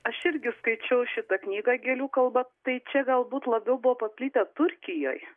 aš irgi skaičiau šitą knygą gėlių kalba tai čia galbūt labiau buvo paplitę turkijoj